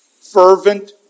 fervent